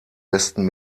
besten